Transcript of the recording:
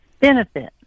benefit